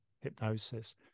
hypnosis